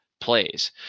plays